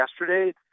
yesterday